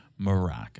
Morocco